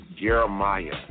Jeremiah